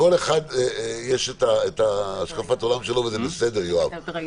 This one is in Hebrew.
לכל אחד יש את השקפת עולמו, וזה בסדר, יואב.